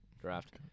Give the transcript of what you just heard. draft